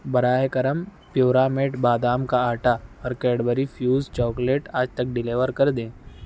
برائے کرم پیورامیڈ بادام کا آٹا اور کیڈبری فیوز چاکلیٹ آج تک ڈیلیور کر دیں